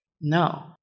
no